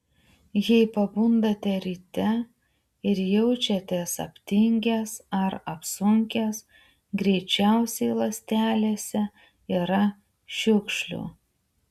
jei pabundate ryte ir jaučiatės aptingęs ar apsunkęs greičiausiai ląstelėse yra šiukšlių